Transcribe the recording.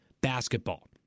basketball